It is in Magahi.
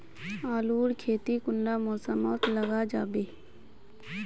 आलूर खेती कुंडा मौसम मोत लगा जाबे?